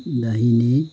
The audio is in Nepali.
दाहिने